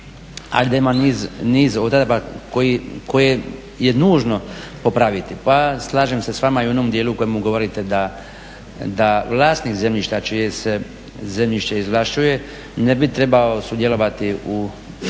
ali da ima niz odredbi koje je nužno popraviti. Pa slažem se s vama i u onom dijelu u kojem govorite da vlasnik zemljišta čije se zemljište izvlašćuje ne bi trebao sudjelovati čak